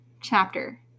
chapter